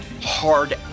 hard